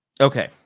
Okay